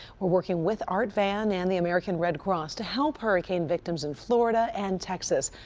we're working with art van and the american red cross to help hurricane victims in florida and texas.